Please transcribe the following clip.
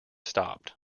stopped